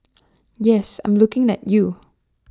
yes I'm looking at you